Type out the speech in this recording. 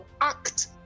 act